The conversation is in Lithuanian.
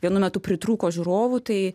vienu metu pritrūko žiūrovų tai